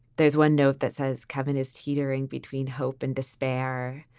there's one note that says kevin is teetering between hope and despair.